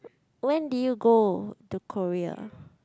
when did you go to Korea